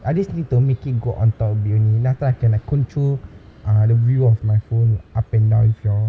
I just need to make it go on top a bit only then after I can control the view of my phone up and down with your